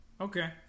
Okay